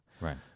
Right